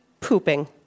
pooping